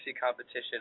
competition